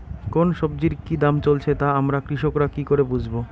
কোন সব্জির কি দাম চলছে তা আমরা কৃষক রা কি করে বুঝবো?